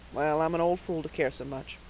well, i'm an old fool to care so much.